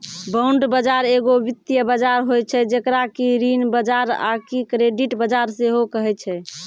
bond बजार एगो वित्तीय बजार होय छै जेकरा कि ऋण बजार आकि क्रेडिट बजार सेहो कहै छै